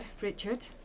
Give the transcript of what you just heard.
Richard